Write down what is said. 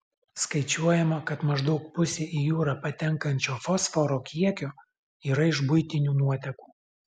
skaičiuojama kad maždaug pusė į jūrą patenkančio fosforo kiekio yra iš buitinių nuotekų